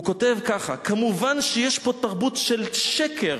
הוא כותב ככה: כמובן יש פה תרבות של שקר